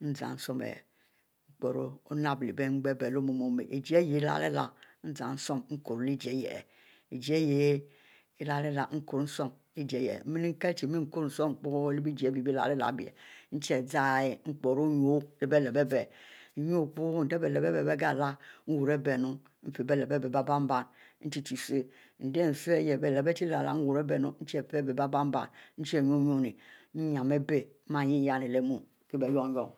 ihieh zan nsum ihieh onabiuo ijie ihieh leh-leh nkori leh ijie leh-leh miele kie chie miele kie chie mie korri chie epiero o, nuuie leh bie lep nuie nuie nuuie mie kiele chie nuine nyin ari bie zan mie eyieh yannie